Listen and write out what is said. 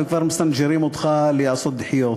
וכבר מסנג'רים אותך לעשות דחיות.